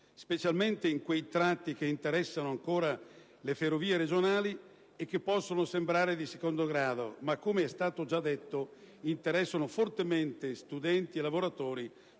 specialmente in quei tratti che riguardano le ferrovie regionali e che possono sembrare secondari, ma che, come è stato già detto, interessano fortemente studenti e lavoratori,